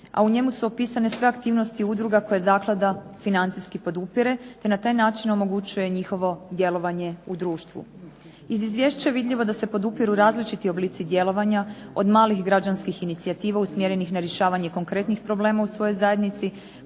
a u njemu su opisane sve aktivnosti udruga koje zaklada financijski podupire te na taj način omogućuje njihovo djelovanje u društvu. Iz izvješća je vidljivo da se podupiru različiti oblici djelovanja od malih građanskih inicijativa usmjerenih na rješavanje konkretnih problema u svojoj zajednici